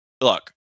Look